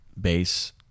bass